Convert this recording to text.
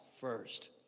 first